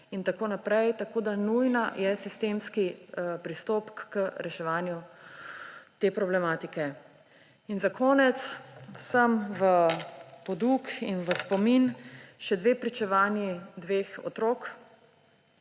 in tako naprej. Tako je nujen sistemski pristop k reševanju te problematike. Za konec vsem v poduk in spomin še pričevanji dveh otrok.